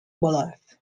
bluff